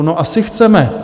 No asi chceme.